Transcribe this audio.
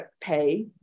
pay